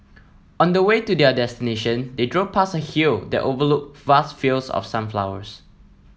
on the way to their destination they drove past a hill that overlooked vast fields of sunflowers